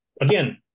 again